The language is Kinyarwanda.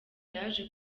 yaje